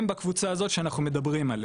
הם בקבוצה הזאת שאנחנו מדברים עליה,